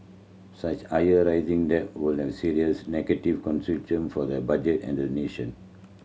such higher rising debt would have serious negative for the budget and the nation